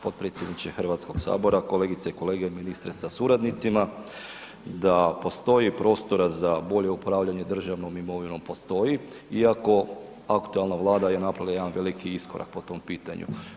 Potpredsjedniče HS, kolegice i kolege, ministre sa suradnicima, da postoji prostora za bolje upravljanje državnom imovinom, postoji iako aktualna Vlada je napravila jedan veliki iskorak po tom pitanju.